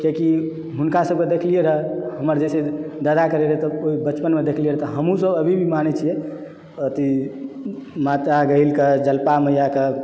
कियाकि हुनका सबके देखलियै रऽ हमर जे छै दादा करै रहै तब ओ बचपनमे देखलिए रऽ तऽ हमसब अभी भी मानै छियै अथी माता गहीलके जलपा मैयाके